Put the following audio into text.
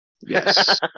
Yes